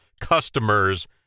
customers